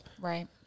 Right